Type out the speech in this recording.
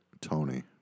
Tony